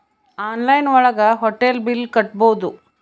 online ಒಳಗ hotel bill ಕಟ್ಬೋದು